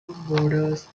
borders